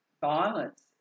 violence